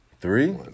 Three